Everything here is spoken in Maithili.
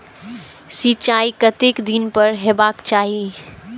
सिंचाई कतेक दिन पर हेबाक चाही?